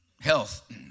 Health